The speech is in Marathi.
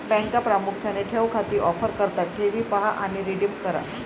बँका प्रामुख्याने ठेव खाती ऑफर करतात ठेवी पहा आणि रिडीम करा